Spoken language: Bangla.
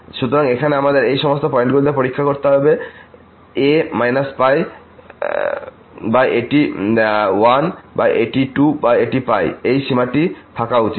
সুতরাং এখানে আমাদের এই সমস্ত পয়েন্টগুলিতে পরীক্ষা করতে হবে এটি a π বা এটি 1 বা এটি 2 বা এই সীমাটি থাকা উচিত